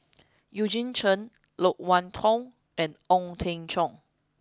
Eugene Chen Loke Wan Tho and Ong Teng Cheong